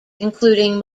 including